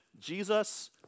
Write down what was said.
Jesus